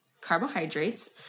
carbohydrates